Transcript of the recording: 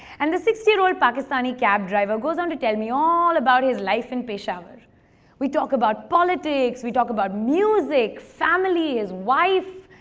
and the sixty year old pakistani cab-driver goes on to tell me all about his life in peshawar. we talked about politics, we talked about music, family, wife,